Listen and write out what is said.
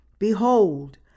Behold